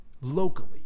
Locally